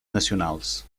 nacionals